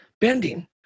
bending